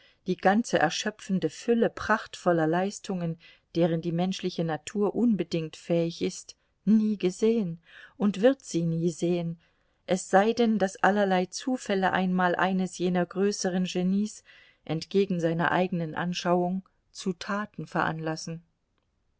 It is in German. die ganze erschöpfende fülle prachtvoller leistungen deren die menschliche natur unbedingt fähig ist nie gesehen und wird sie nie sehen es sei denn daß allerlei zufälle einmal eines jener größeren genies entgegen seiner eigenen anschauung zu taten veranlassen